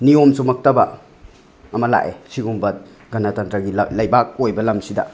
ꯅꯤꯌꯣꯝ ꯆꯨꯝꯃꯛꯇꯕ ꯑꯃ ꯂꯥꯛꯑꯦ ꯁꯤꯒꯨꯝꯕ ꯒꯅꯇꯟꯇ꯭ꯔꯒꯤ ꯂꯩꯕꯥꯛ ꯑꯣꯏꯕ ꯂꯝꯁꯤꯗ